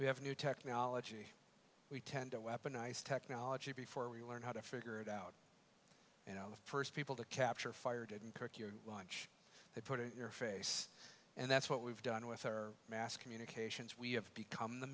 we have new technology we tend to weaponize technology before we learn how to figure it out you know the first people to capture fire didn't cook your lunch they put it in your face and that's what we've done with our mass communications we have become the